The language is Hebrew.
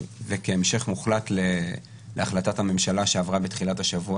וכהמשך מוחלט להחלטת הממשלה שעברה בתחילת השבוע